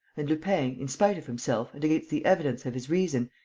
and lupin, in spite of himself and against the evidence of his reason,